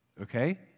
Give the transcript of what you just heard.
okay